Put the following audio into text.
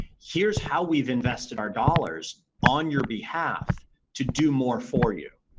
here's how we've invested our dollars on your behalf to do more for you.